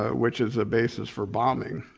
ah which is the basis for bombing,